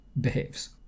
behaves